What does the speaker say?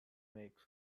makes